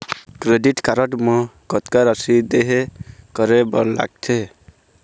Credit card म कतक राशि देहे करे बर लगथे?